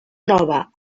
nova